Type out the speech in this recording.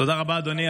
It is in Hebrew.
תודה רבה, אדוני.